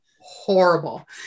horrible